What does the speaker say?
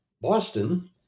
Boston